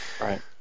Right